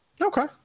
Okay